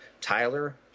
Tyler